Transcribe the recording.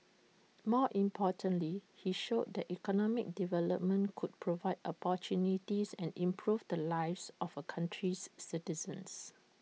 more importantly he showed that economic development could provide opportunities and improve the lives of A country's citizens